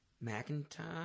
Macintosh